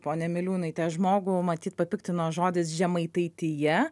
pone miliūnaite žmogų matyt papiktino žodis žemaitaitija